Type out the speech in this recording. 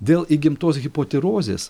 dėl įgimtos hipotirozės